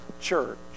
church